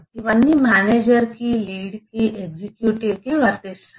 ఇవన్నీ మేనేజర్కు లీడ్ కు ఎగ్జిక్యూటివ్కు వర్తిస్తాయి